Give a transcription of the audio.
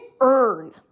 earn